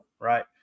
right